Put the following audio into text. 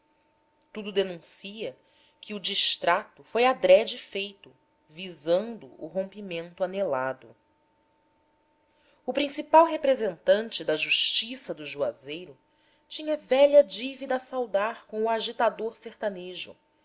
tudo denuncia que o distrato foi adrede feito visando o rompimento anelado o principal representante da justiça do juazeiro tinha velha dívida a saldar com o agitador sertanejo